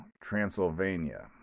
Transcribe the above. Transylvania